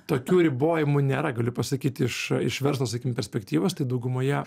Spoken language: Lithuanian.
tokių ribojimų nėra galiu pasakyti iš iš verslo sakykim perspektyvos tai daugumoje